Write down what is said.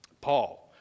Paul